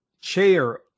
chair